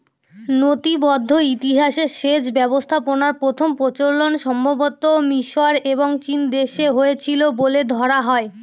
নথিবদ্ধ ইতিহাসে সেচ ব্যবস্থাপনার প্রথম প্রচলন সম্ভবতঃ মিশর এবং চীনদেশে হয়েছিল বলে ধরা হয়